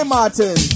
Martin